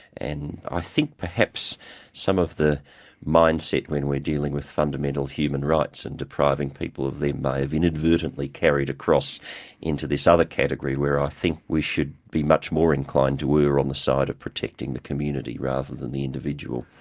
and i think, perhaps some of the mindset when we're dealing with fundamental human rights and depriving people of them may have inadvertently carried across into this other category, where i think we should be much more inclined to err on the side of protecting the community rather than the individual.